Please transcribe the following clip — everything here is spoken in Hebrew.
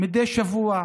מדי שבוע,